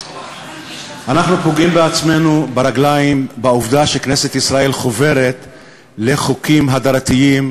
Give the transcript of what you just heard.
אנחנו פוגעים בעצמנו ברגליים בעובדה שכנסת ישראל חוברת לחוקים הדרתיים,